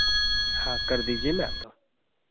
हाँ कर दीजिए मैं आ